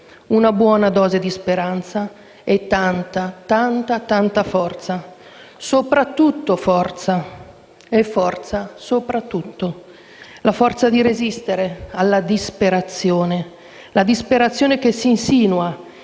una buona dose di speranza e di tanta, tanta forza. Soprattutto forza e forza "sopra tutto". La forza di resistere alla disperazione, che si insinua